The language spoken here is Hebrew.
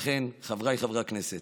לכן, חבריי חברי הכנסת,